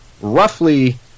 roughly